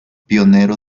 pionero